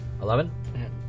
Eleven